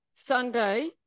sunday